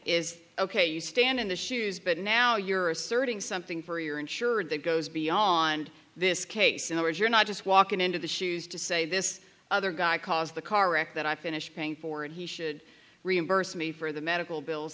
is ok you stand in the shoes but now you're asserting something for your insured that goes beyond this case in which you're not just walking into the shoes to say this other guy caused the car wreck that i finished paying for and he should reimburse me for the medical bills